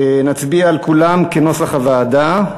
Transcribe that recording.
נצביע על כולם כנוסח הוועדה.